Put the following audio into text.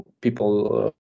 people